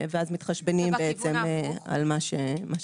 ואז מתחשבנים על מה שקרה.